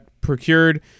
procured